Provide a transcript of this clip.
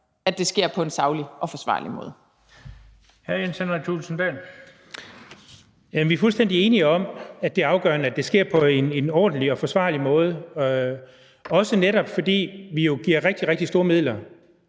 Jens Henrik Thulesen Dahl (DF): Vi er fuldstændig enige om, at det er afgørende, at det sker på en ordentlig og forsvarlig måde, også netop fordi vi jo giver rigtig, rigtig